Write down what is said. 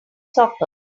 soccer